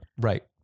Right